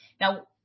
Now